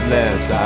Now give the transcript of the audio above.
less